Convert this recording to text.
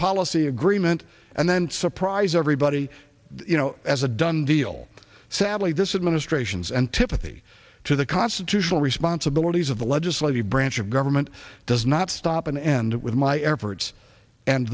policy agreement and then surprise everybody you know as a done deal sadly this administration's antipathy to the constitutional responsibilities of the legislative branch of government does not stop and end with my efforts and